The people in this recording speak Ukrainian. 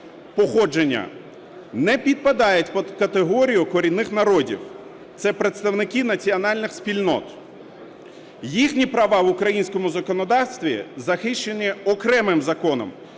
не підпадають під категорію корінних народів, це представники національних спільнот. Їхні права в українському законодавстві захищені окремим законом,